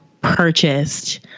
purchased